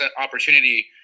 opportunity